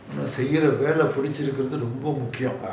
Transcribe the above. ah